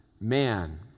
man